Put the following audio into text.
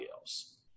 else